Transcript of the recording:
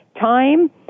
time